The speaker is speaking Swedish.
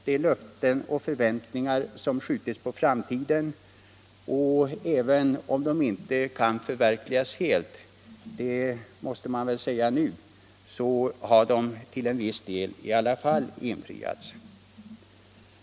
Det är löften och förväntningar som skjutits på framtiden och även om de inte kan förverkligas helt så har de i alla fall till en viss del infriats.